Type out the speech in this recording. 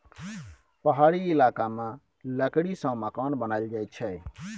पहाड़ी इलाका मे लकड़ी सँ मकान बनाएल जाई छै